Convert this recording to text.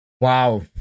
Wow